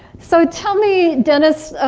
so tell me dennis,